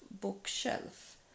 bookshelf